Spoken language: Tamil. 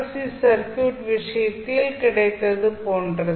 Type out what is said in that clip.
சி சர்க்யூட் விஷயத்தில் கிடைத்தது போன்றது